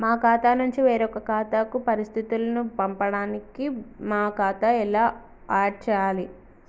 మా ఖాతా నుంచి వేరొక ఖాతాకు పరిస్థితులను పంపడానికి మా ఖాతా ఎలా ఆడ్ చేయాలి?